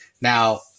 Now